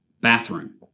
bathroom